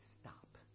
stop